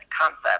concept